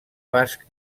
basc